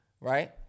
right